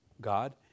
God